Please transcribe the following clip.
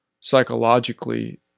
psychologically